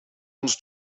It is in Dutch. ons